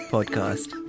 Podcast